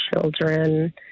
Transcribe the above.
children